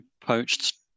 poached